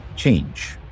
Change